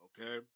okay